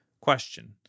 Question